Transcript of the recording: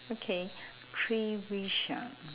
okay three wish ah